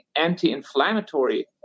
anti-inflammatory